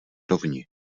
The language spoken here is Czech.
rovni